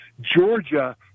Georgia